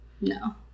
no